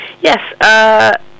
Yes